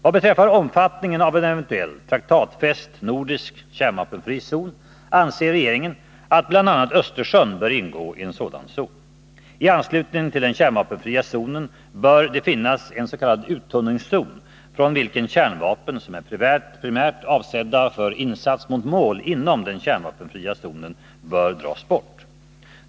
Vad beträffar omfattningen av en eventuell, traktatfäst, nordisk kärnvapenfri zon anser regeringen att bl.a. Östersjön bör ingå i en sådan zon. I anslutning till den kärnvapenfria zonen bör det finnas en s.k. uttunningszon från vilken kärnvapen, som är primärt avsedda för insats mot mål inom den kärnvapenfria zonen, bör dras bort.